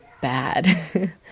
bad